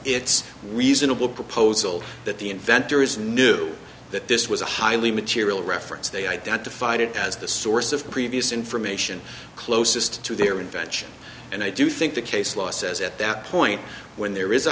its reasonable proposal that the inventor is knew that this was a highly material reference they identified it as the source of previous information closest to their invention and i do think the case law says at that point when there is a